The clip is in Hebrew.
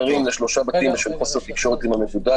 נשלחו --- לשלושה בתים בשל חוסר תקשורת עם המבודד,